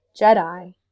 Jedi